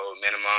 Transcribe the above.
minimum